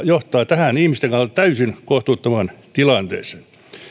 johtaa ihmisten kannalta täysin kohtuuttomaan tilanteeseen